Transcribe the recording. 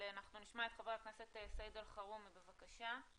אנחנו נשמע את חבר הכנסת סעיד אלחרומי, בבקשה.